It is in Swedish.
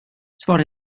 svara